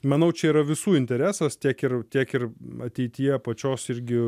manau čia yra visų interesas tiek ir tiek ir ateityje pačios irgi